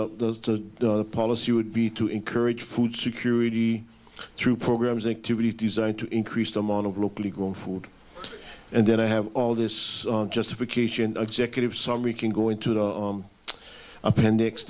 policy the policy would be to encourage food security through programs activities designed to increase the amount of locally grown food and then i have all this justification executive summary can go into the appendix